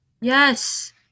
yes